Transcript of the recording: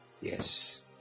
Yes